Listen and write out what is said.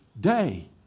day